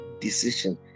decision